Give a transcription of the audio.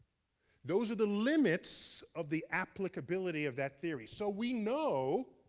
those are the limits of the applicability of that theory. so we know,